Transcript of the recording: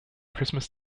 christmas